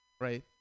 right